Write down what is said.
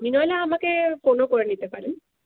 আপনি নইলে আমাকে ফোনও করে নিতে পারেন